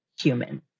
human